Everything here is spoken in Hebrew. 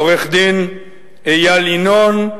עורך-דין איל ינון,